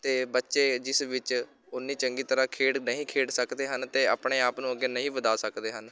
ਅਤੇ ਬੱਚੇ ਜਿਸ ਵਿੱਚ ਉਨੀਂ ਚੰਗੀ ਤਰ੍ਹਾਂ ਖੇਡ ਨਹੀਂ ਖੇਡ ਸਕਦੇ ਹਨ ਅਤੇ ਆਪਣੇ ਆਪ ਨੂੰ ਅੱਗੇ ਨਹੀਂ ਵਧਾ ਸਕਦੇ ਹਨ